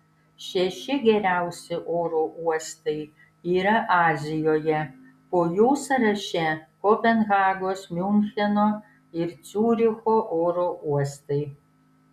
šeši geriausi oro uostai yra azijoje po jų sąraše kopenhagos miuncheno ir ciuricho oro uostai